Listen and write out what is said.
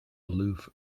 aloof